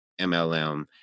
MLM